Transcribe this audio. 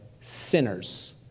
sinners